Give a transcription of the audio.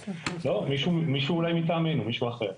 לא, מישהו אולי מטעמנו, מישהו אחר.